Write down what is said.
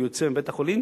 ויוצא מבית-החולים,